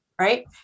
right